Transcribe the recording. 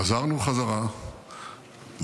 חזרנו חזרה לחרמון,